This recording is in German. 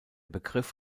begriff